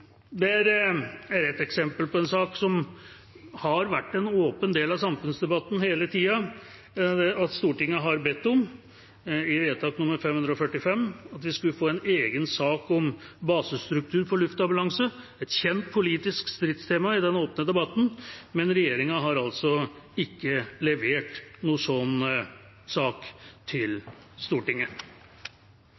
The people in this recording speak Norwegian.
Et eksempel på en sak som har vært en åpen del av samfunnsdebatten hele tida, er at Stortinget har bedt om i vedtak nr. 545 at vi skulle få en egen sak om basestrukturen for luftambulansen, et kjent politisk stridstema i den åpne debatten, men regjeringa har ikke levert noen slik sak til